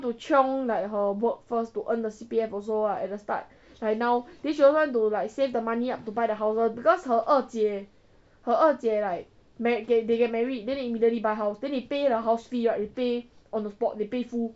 to chiong like her work first to earn the C_P_F also lah at the start like now then she also want to like save the money up to buy the houses because her 二姐 her 二姐 like married they get married then they immediately buy house then they pay the house fee right they pay on the spot they pay full